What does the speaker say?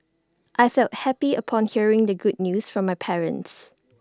I felt happy upon hearing the good news from my parents